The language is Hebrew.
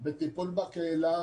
בטיפול בקהילה,